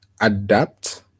adapt